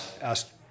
asked